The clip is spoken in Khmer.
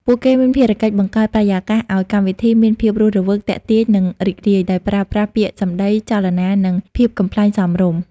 ពួកគេមានភារកិច្ចបង្កើតបរិយាកាសឱ្យកម្មវិធីមានភាពរស់រវើក ទាក់ទាញ និងរីករាយ ដោយប្រើប្រាស់ពាក្យសម្ដី ចលនា និងភាពកំប្លែងសមរម្យ។